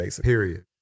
Period